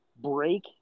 break